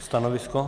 Stanovisko?